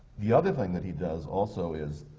the other thing that he does also is,